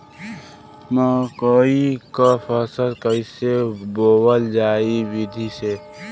मकई क फसल कईसे बोवल जाई विधि से?